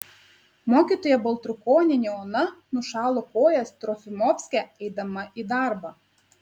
mokytoja baltrukonienė ona nušalo kojas trofimovske eidama į darbą